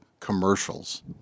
commercials